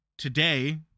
Today